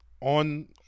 on